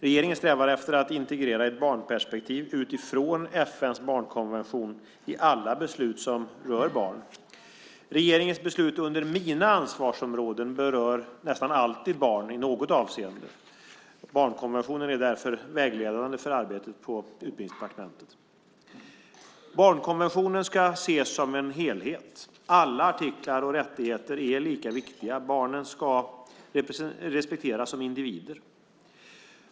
Regeringen strävar efter att integrera ett barnperspektiv, utifrån FN:s barnkonvention, i alla beslut som rör barn. Regeringens beslut under mina ansvarsområden berör alltid barn i något avseende, barnkonventionen är därför vägledande för arbetet på Utbildningsdepartementet. Barnkonventionen ska ses som en helhet. Alla artiklar och rättigheter är lika viktiga. Barnet ska respekteras som individ.